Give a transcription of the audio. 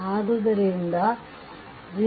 ಆದ್ದರಿಂದ ಇದು 0